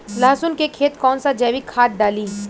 लहसुन के खेत कौन सा जैविक खाद डाली?